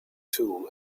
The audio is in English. tool